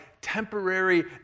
temporary